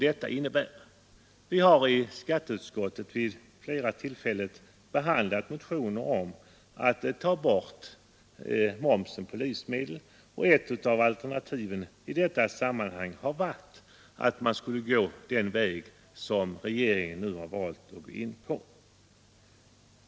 Vi har i skatteutskottet vid flera tillfällen behandlat motioner om att ta bort momsens fördyrande inverkan på livsmedel, och ett av alternativen i dessa sammanhang har varit att gå den väg som regeringen nu har valt att slå in på.